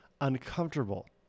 uncomfortable